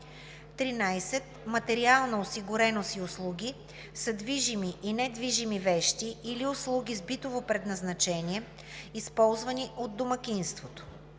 13. „Материална осигуреност и услуги“ са движими и недвижими вещи или услуги с битово предназначение, използвани от домакинството.